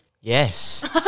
Yes